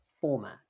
format